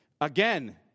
Again